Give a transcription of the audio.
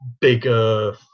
bigger